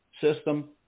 system